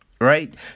right